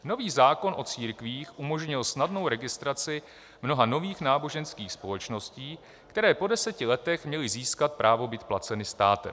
Nový zákon o církvích umožnil snadnou registraci mnoha nových náboženských společností, které po deseti letech měly získat právo být placeny státem.